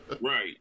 Right